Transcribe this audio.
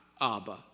Abba